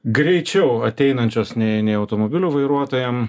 greičiau ateinančios nei nei automobilių vairuotojam